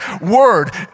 word